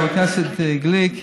חבר הכנסת גליק,